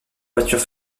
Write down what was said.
voiture